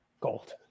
Gold